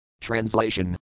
Translation